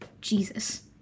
Jesus